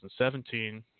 2017